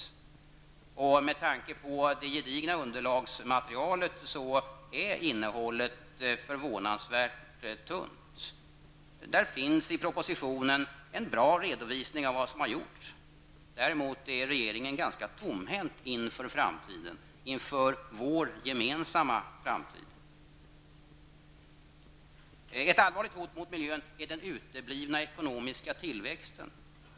Innehållet är förvånansvärt tunt med tanke på det gedigna underlagsmaterialet. Det finns en bra redovisning i propositionen av vad som har gjorts. Regeringen är däremot ganska tomhänt inför framtiden, inför vår gemensamma framtid. Ett allvarligt hot mot miljön är den uteblivna ekonomiska tillväxten.